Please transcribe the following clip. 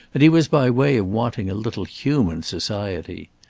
and he was by way of wanting a little human society.